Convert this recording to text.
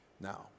Now